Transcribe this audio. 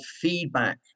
feedback